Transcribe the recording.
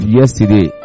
yesterday